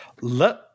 Let